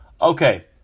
Okay